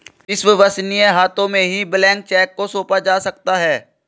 विश्वसनीय हाथों में ही ब्लैंक चेक को सौंपा जा सकता है